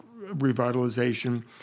revitalization